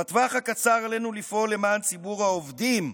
בטווח הקצר עלינו לפעול למען ציבור העובדים,